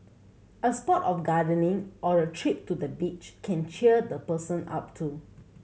a spot of gardening or a trip to the beach can cheer the person up too